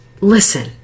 Listen